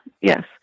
Yes